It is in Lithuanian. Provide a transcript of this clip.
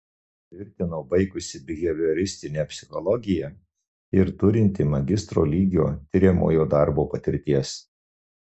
tvirtino baigusi bihevioristinę psichologiją ir turinti magistro lygio tiriamojo darbo patirties